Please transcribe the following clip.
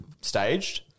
staged